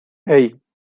hey